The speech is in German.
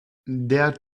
der